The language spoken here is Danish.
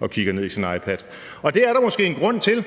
og kigger ned i sin iPad, og det er der måske en grund til,